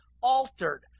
altered